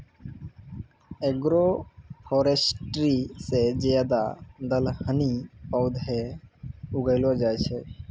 agroforestry से ज्यादा दलहनी पौधे उगैलो जाय छै